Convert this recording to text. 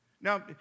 Now